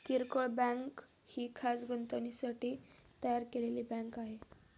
किरकोळ बँक ही खास गुंतवणुकीसाठी तयार केलेली बँक आहे